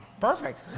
Perfect